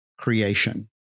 Creation